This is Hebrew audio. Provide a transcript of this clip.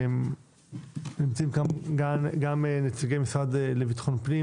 נמצאים גם נציגי המשרד לביטחון פנים,